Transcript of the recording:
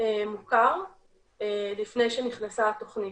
מוכר לפני שנכנסה התוכנית.